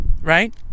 right